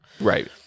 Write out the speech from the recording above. right